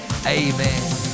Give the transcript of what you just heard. amen